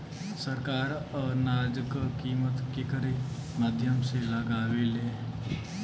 सरकार अनाज क कीमत केकरे माध्यम से लगावे ले?